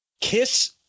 kiss